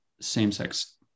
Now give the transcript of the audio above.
same-sex